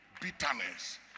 bitterness